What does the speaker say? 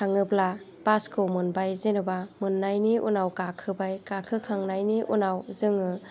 थाङोब्ला बासखौ मोनबाय जेनेबा मोननायनि उनाव गाखोबाय गाखोखांनायनि उनाव जोङो